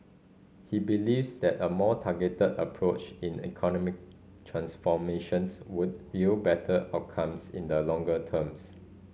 he believes that a more targeted approach in economic transformations would yield better outcomes in the longer terms